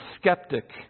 skeptic